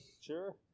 Sure